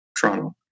toronto